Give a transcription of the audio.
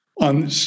on